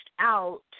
out